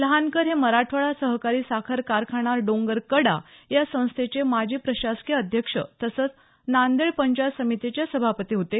लहानकर हे मराठवाडा सहकारी साखर कारखाना डोंगरकडा या संस्थेचे माजी प्रशासकीय अध्यक्ष तसंच नांदेड पंचायत समितीचे सभापती होते